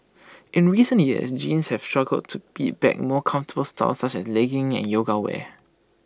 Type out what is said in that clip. in recent years jeans have struggled to beat back more comfortable styles such as leggings and yoga wear